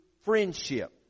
friendship